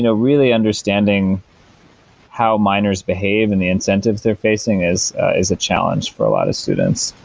you know really understanding how minors behave and the incentives they're facing is is a challenge for a lot of students.